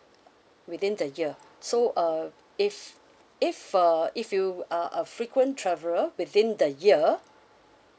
within the year so uh if if uh if you are a frequent traveler within the year